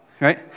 right